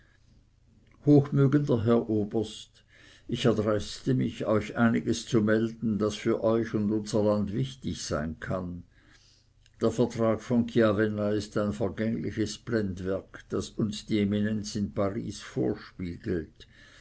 hochmögender herr oberst ich erdreiste mich euch einiges zu melden das für euch und unser land wichtig sein kann der vertrag von chiavenna ist ein vergängliches blendwerk das uns die eminenz in paris vorspiegelt